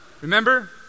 Remember